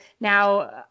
now